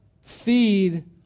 feed